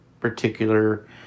particular